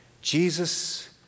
Jesus